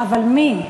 אבל מי?